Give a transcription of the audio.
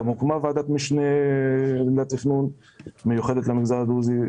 הוקמה ועדת משנה לתכנון מיוחדת למגזר הדרוזי.